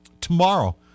tomorrow